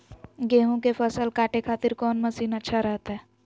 गेहूं के फसल काटे खातिर कौन मसीन अच्छा रहतय?